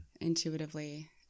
intuitively